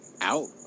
Out